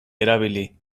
erabili